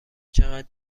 چقدر